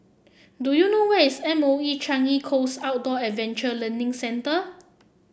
do you know where is M O E Changi Coast Outdoor Adventure Learning Centre